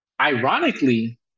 Ironically